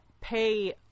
pay